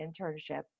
internship